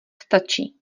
stačí